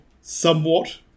somewhat